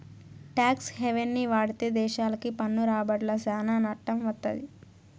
talks హెవెన్ని వాడితే దేశాలకి పన్ను రాబడ్ల సానా నట్టం వత్తది